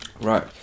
right